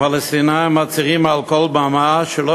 הפלסטינים מצהירים מעל כל במה שלא